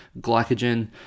glycogen